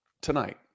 tonight